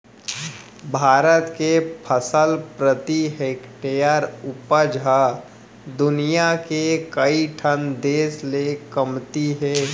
भारत के फसल प्रति हेक्टेयर उपज ह दुनियां के कइ ठन देस ले कमती हे